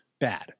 bad